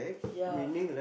ya